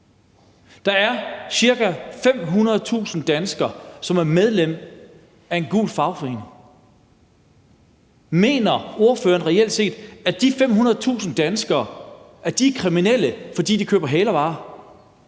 Der er ca. 500.000 danskere, som er medlem af en gul fagforening. Mener ordføreren virkelig, at de 500.000 danskere er kriminelle og køber hælervarer?